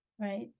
Right